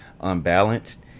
unbalanced